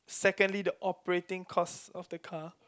secondly the operating cost of the car